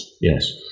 Yes